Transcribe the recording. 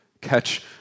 Catch